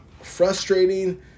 frustrating